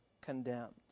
condemned